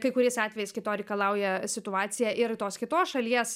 kai kuriais atvejais kai to reikalauja situacija ir tos kitos šalies